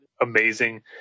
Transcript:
amazing